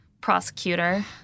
prosecutor